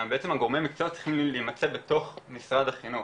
בעצם גורמי המקצוע צריכים להימצא בתוך משרד החינוך,